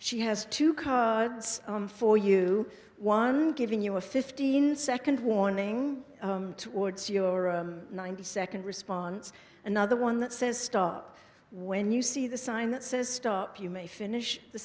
she has two cods for you one giving you a fifteen second warning towards your ninety second response another one that says stop when you see the sign that says stop you may finish the